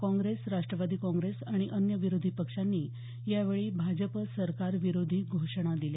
काँग्रेस राष्ट्रवादी काँग्रेस आणि अन्य विरोधी पक्षांनी यावेळी भाजप सरकार विरोधी घोषणा दिल्या